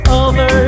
over